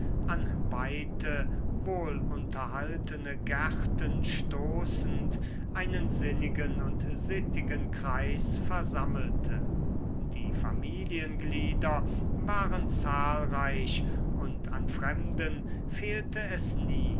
an weite wohlunterhaltene gärten stoßend einen sinnigen und sittigen kreis versammelte die familienglieder waren zahlreich und an fremden fehlte es nie